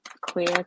Clear